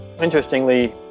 Interestingly